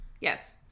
yes